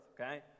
okay